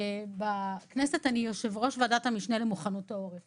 אני יושבת-ראש ועדת המשנה למוכנות העורף